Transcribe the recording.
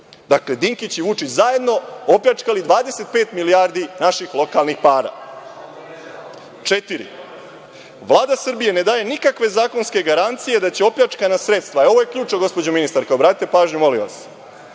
Dakle, Dinkić i Vučić zajedno opljačkali 25 milijardi naših lokalnih para. Pod četiri, Vlada Srbije ne daje nikakve zakonske garancije da će opljačkana sredstva, ovo je ključno, gospođo ministarka, obratite pažnju, molim vas,